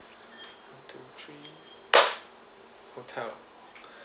one two three hotel